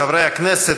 חברי הכנסת,